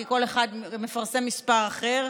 כי כל אחד מפרסם מספר אחר,